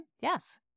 yes